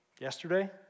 Yesterday